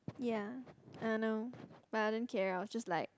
ya I know but I don't care I was just like